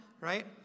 right